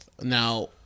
Now